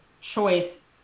choice